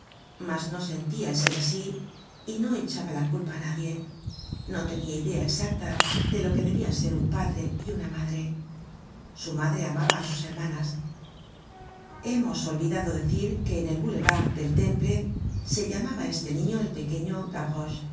mas no sentia el ser asi y no echaba la culpa á nadie no tenia idea exacta de lo que debian ser un padre y una madre su madre amaba á sus hermanas hemos olvidado decir que en el boulevard del temple se llamaba este niño el pequeño